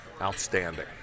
outstanding